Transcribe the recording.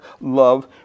love